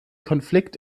konflikt